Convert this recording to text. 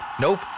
Nope